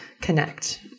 connect